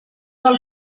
del